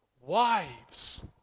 Wives